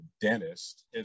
dentist